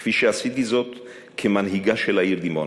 כפי שעשיתי זאת כמנהיגה של העיר דימונה.